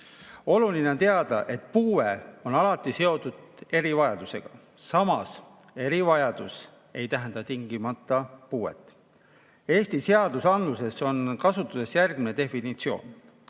Oluline on teada, et puue on alati seotud erivajadusega. Samas, erivajadus ei tähenda tingimata puuet. Eesti seadusandluses on kasutusel järgmine definitsioon: